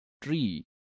tree